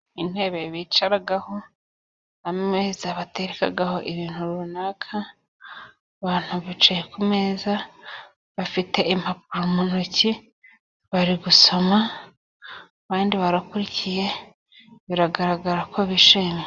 Intebe bicaraho, ameza batekarekaho ibintu runaka; abantu bicaye ku meza bafite impapuro mu ntoki, bari gusoma, abandi barakurikiye, biragaragara ko bishimye.